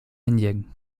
indien